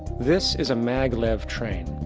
this is a mag-lev train.